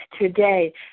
today